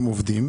עם עובדים,